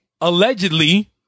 allegedly